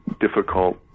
difficult